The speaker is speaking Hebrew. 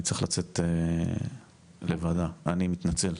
אני צריך לצאת לוועדה, אני מתנצל.